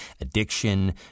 addiction